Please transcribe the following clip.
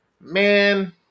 man